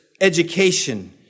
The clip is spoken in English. education